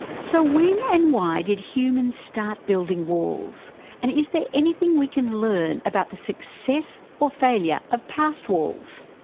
so when and why did humans start to building walls and is there anything we can learn about the success or failure of past walls?